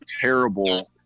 terrible